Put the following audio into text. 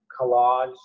collage